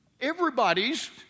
Everybody's